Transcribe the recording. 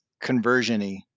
conversion-y